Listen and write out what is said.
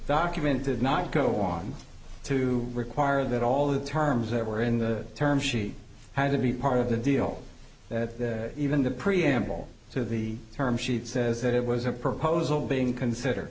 documented not go on to require that all the terms that were in the term sheet had to be part of the deal that even the preamble to the term sheet says that it was a proposal being considered